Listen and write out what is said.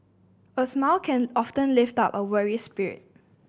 a smile can often lift up a weary spirit